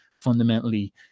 fundamentally